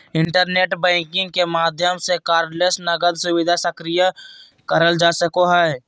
internet banking के माध्यम से कार्डलेस नकद सुविधा सक्रिय करल जा सको हय